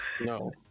No